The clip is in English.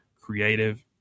creative